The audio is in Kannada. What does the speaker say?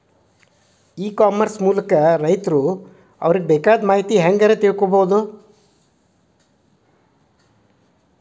ಇ ಕಾಮರ್ಸ್ ಮೂಲಕ ರೈತರು ಅವರಿಗೆ ಬೇಕಾದ ಮಾಹಿತಿ ಹ್ಯಾಂಗ ರೇ ತಿಳ್ಕೊಳೋದು?